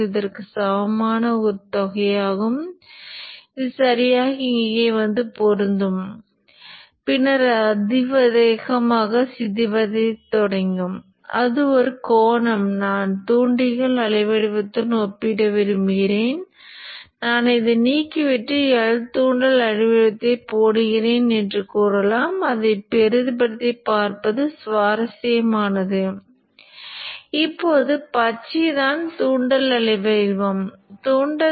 இந்த இரண்டு சமனிகளிலிருந்தும் இந்த இரண்டு மதிப்புகள் உங்களுக்கு அதிக வரம்பையும் குறைந்த வரம்பையும் வழங்கும் மேலும் இந்த இரண்டு உயர் வரம்பு மற்றும் குறைந்த வரம்பின் அடிப்படையில் உங்கள் சுற்றுத் தேவைகளைப் பூர்த்தி செய்ய இந்த வரம்பிற்கு இடையில் ஒரு மதிப்பைத் தேர்ந்தெடுக்க வேண்டும்